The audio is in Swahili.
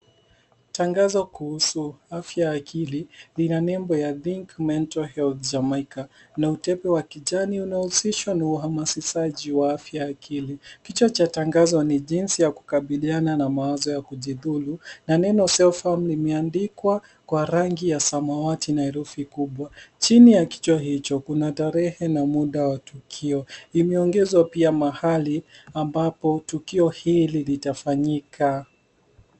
Tangazo kuhusu afya ya akili lina nembo ya think mental ya ujamaika na utepe wa kijani unaohusishwa na uhamasishaji wa afya ya akili. Kichwa cha tangazo ni jinsi ya kukabiliana na mawazo ya kujidhulu na neno self harm imeandikwa kwa rangi ya samawati na herufi kubwa. Chini ya kichwa hicho kuna tarehe na muda wa tukio. Imeongezwa pia mahali ambapo tukio hili litafanyika.